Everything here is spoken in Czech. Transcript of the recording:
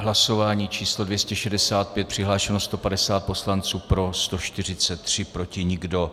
Hlasování číslo 265, přihlášeno 150 poslanců, pro 143, proti nikdo.